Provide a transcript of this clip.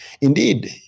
Indeed